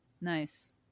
Nice